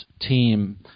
team